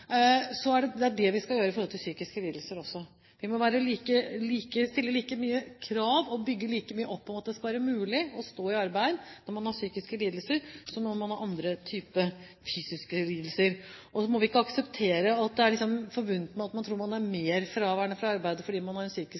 skal vi gjøre det også i forhold til psykiske lidelser. Vi må stille like mange krav og bygge like mye opp under at det skal være mulig å stå i arbeid når man har psykiske lidelser, som når man har andre typer fysiske lidelser. Vi må ikke akseptere at det er forbundet med mer fravær fra arbeidet om man har en psykisk lidelse enn om man har en